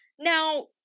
Now